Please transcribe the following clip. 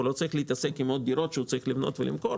הוא לא צריך להתעסק עם עוד דירות שהוא צריך לבנות ולמכור,